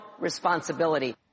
responsibility